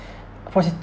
prostitute